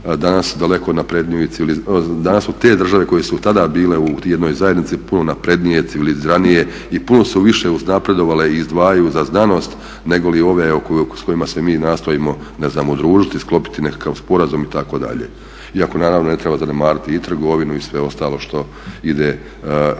danas su te države koje su tada bile u jednoj zajednici puno naprednije, civiliziranije i puno su više uznapredovale i izdvajaju za znanost nego li ove s kojima se mi nastojim ne znam udružiti i sklopiti nekakav sporazum itd. iako naravno ne treba zanemariti i trgovinu i sve ostalo što ide kod